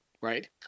Right